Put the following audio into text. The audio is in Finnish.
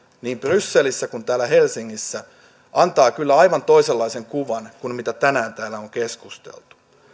niin brysselissä kuin täällä helsingissä antaa kyllä aivan toisenlaisen kuvan kuin mitä tänään täällä on keskusteltu